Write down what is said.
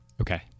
Okay